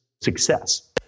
success